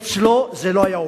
אצלו זה לא היה עובר.